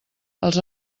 els